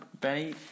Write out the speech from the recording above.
Benny